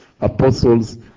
apostles